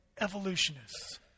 evolutionists